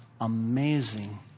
amazing